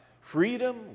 freedom